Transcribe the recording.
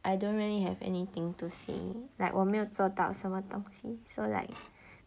I don't really have anything to say like 我没有做到什么东西 so like